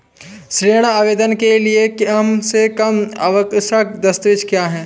ऋण आवेदन के लिए कम से कम आवश्यक दस्तावेज़ क्या हैं?